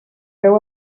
beu